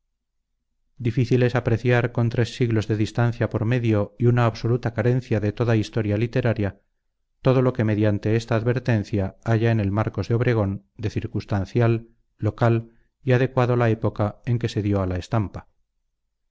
es apreciar con tres siglos de distancia por medio y una absoluta carencia de toda historia literaria todo lo que mediante esta advertencia haya en el marcos de obregón de circunstancial local y adecuado a la época en que se dio a la estampa